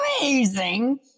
amazing